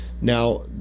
Now